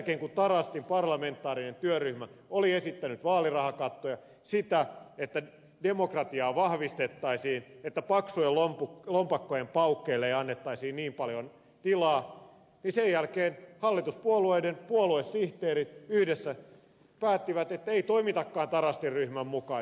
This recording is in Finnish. kun tarastin parlamentaarinen työryhmä oli esittänyt vaalirahakattoja sitä että demokratiaa vahvistettaisiin että paksujen lompakkojen paukkeelle ei annettaisi niin paljon tilaa sen jälkeen hallituspuolueiden puoluesihteerit yhdessä päättivät että ei toimitakaan tarastin ryhmän mukaisesti